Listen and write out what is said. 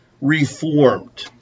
Reformed